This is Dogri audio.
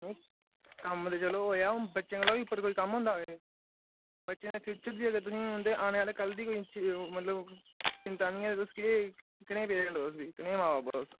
कम्म ते चलो होएया बच्चें कोला बी उप्पर कोई कम्म होंदा के बच्चें दा फ्यूचर बी अगर तुहें आने आली कल दी मतलब कनेह् पेरेंट्स ओ तुस फ्ही कनेह् मां बाप ओ तुस